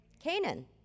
Canaan